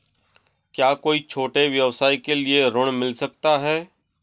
क्या कोई छोटे व्यवसाय के लिए ऋण मिल सकता है?